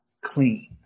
clean